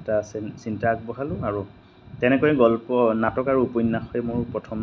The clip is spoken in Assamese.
এটা চিন্তা আগবঢ়ালোঁ আৰু তেনেকৈ গল্প নাটক আৰু উপন্যাসে মোৰ প্ৰথম